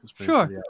sure